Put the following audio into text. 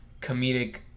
comedic